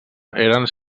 eren